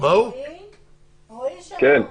רועי חן.